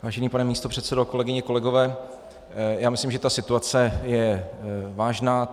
Vážený pane místopředsedo, kolegyně, kolegové, já myslím, že situace je vážná.